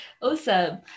Awesome